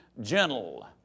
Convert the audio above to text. gentle